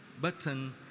button